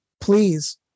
please